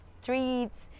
streets